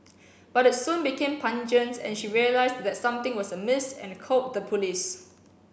but it soon became pungent and she realised that something was amiss and called the police